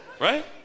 Right